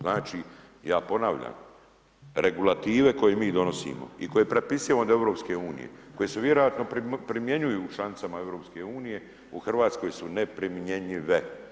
Znači, ja ponavljam, regulative koje mi donosimo i koje prepisujemo od EU, koji se vjerojatno primjenjuju u članicama Eu, u Hrvatskoj su neprimjenjive.